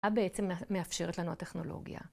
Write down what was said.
‫מה בעצם מאפשרת לנו הטכנולוגיה?